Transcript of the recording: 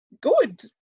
good